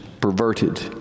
perverted